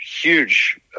huge